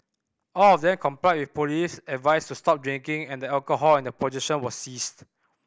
all of them complied with police advice to stop drinking and the alcohol in their possession was seized